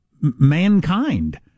mankind